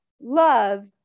love